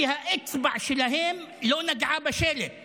כי האצבע שלהם לא נגעה בשלט